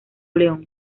león